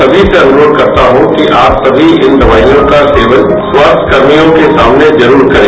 समी से अनुरोध करता हूं कि आप सभी इन दवाइयों का सेवन स्वास्थ्य कर्मियों के सामने जरूर करें